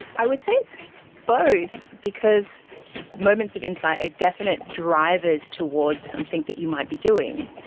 i would say it's both because moments of insight are definite drivers towards something that you might be doing.